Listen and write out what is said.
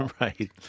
Right